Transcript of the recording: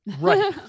Right